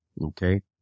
okay